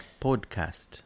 podcast